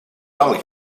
wel